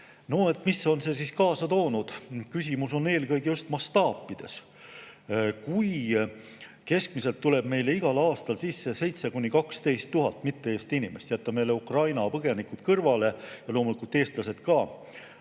Mida on see siis kaasa toonud? Küsimus on eelkõige just mastaapides. Kui keskmiselt tuleb meile igal aastal sisse 7000 – 12 000 mitte-Eesti inimest – jätame jälle Ukraina põgenikud kõrvale, loomulikult eestlased ka